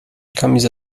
camisa